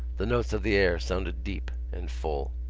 the notes of the air sounded deep and full.